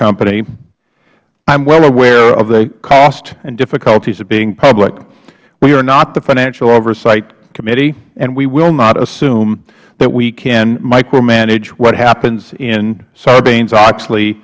company i am well aware of the cost and difficulties of being public we are not the financial oversight committee and we will not assume that we can micromanage what happens in sarbanesoxley